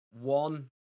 one